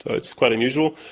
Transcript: ah it's quite unusual.